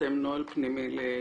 ותפרסם נוהל פנימי לפעילותה,